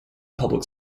public